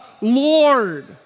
Lord